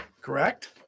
Correct